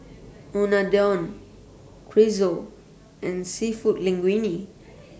Unadon Chorizo and Seafood Linguine